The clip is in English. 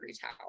tower